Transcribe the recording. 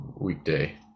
weekday